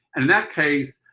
and that case,